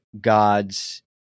God's